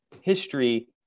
history